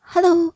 Hello